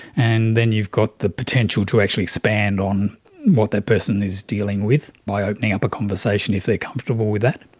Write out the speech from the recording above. and then you've got the potential to actually expand on what that person is dealing with by opening up a conversation if they are comfortable with that.